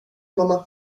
mamma